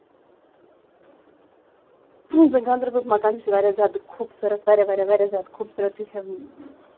یُس زَن گاندبَلُک مکانہٕ چھُ یہِ چھُ واریاہ زیادٕ خوٗبصوٗرت واریاہ واریاہ واریاہ زیادٕ خوٗبصوٗرت تہِ چھُ